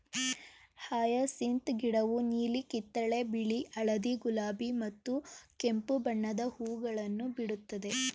hyacinth ಗಿಡವು ನೀಲಿ, ಕಿತ್ತಳೆ, ಬಿಳಿ, ಹಳದಿ, ಗುಲಾಬಿ ಮತ್ತು ಕೆಂಪು ಬಣ್ಣದ ಹೂಗಳನ್ನು ಬಿಡುತ್ತದೆ